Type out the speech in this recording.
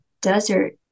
Desert